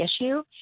issue